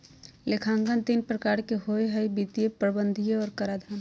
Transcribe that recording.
लेखांकन तीन प्रकार के होबो हइ वित्तीय, प्रबंधकीय और कराधान